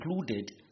included